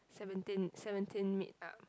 seventeen seventeen meet up